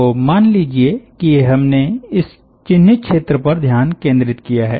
तो मान लीजिये कि हमने इस चिन्हित क्षेत्र पर ध्यान केंद्रित किया है